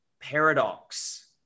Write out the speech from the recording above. paradox